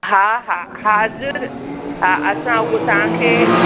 हा हा हा हाज़ुरु आहे असां उहो तव्हांखे